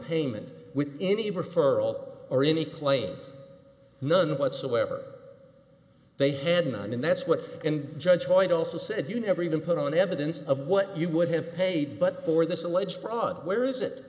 payment with any referral or any claim none whatsoever they had none and that's what and judge boyd also said you never even put on evidence of what you would have paid but for this alleged fraud where is it